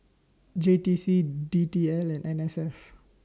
J T C D T L and N S F